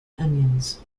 onions